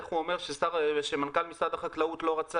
איך הוא אומר שמנכ"ל משרד החקלאות לא רצה